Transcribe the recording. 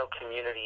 community